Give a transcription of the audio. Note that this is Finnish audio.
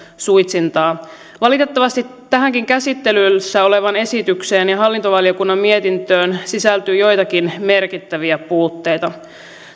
suitsintaa valitettavasti tähänkin käsittelyssä olevaan esitykseen ja hallintovaliokunnan mietintöön sisältyy joitakin merkittäviä puutteita